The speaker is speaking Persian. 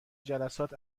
جلسات